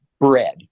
bread